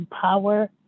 power